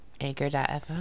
anchor.fm